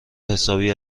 حسابی